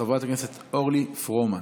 חברת הכנסת אורלי פרומן.